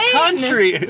country